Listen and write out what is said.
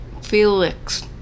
Felix